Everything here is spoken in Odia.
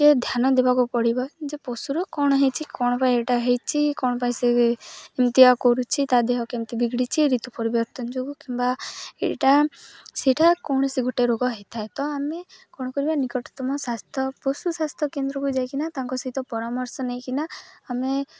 କିଏ ଧ୍ୟାନ ଦେବାକୁ ପଡ଼ିବ ଯେ ପଶୁର କ'ଣ ହେଇଛି କ'ଣ ପାଇଁ ଏଇଟା ହେଇଛି କ'ଣ ପାଇଁ ସେ ଏମିତିଆ କରୁଛି ତା ଦେହ କେମିତି ବିଗଡ଼ିଛି ଋତୁ ପରିବର୍ତ୍ତନ ଯୋଗୁଁ କିମ୍ବା ଏଇଟା ସେଇଟା କୌଣସି ଗୋଟେ ରୋଗ ହେଇଥାଏ ତ ଆମେ କ'ଣ କରିବା ନିକଟତମ ସ୍ୱାସ୍ଥ୍ୟ ପଶୁ ସ୍ୱାସ୍ଥ୍ୟ କେନ୍ଦ୍ରକୁ ଯାଇକିନା ତାଙ୍କ ସହିତ ପରାମର୍ଶ ନେଇକିନା ଆମେ